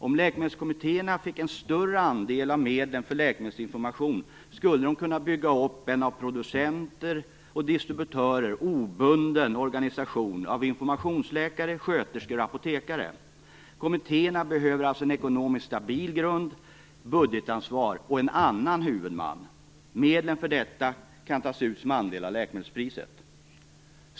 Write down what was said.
Om läkemedelskommittéerna fick en större andel av medlen för läkemedelsinformation skulle de kunna bygga upp en av producenter och distributörer obunden organisation av informationsläkare, sköterskor och apotekare. Kommittéerna behöver alltså en ekonomiskt stabil grund, budgetansvar och en annan huvudman. Medlen för detta kan tas ut som en andel av läkemedelspriset.